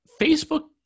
Facebook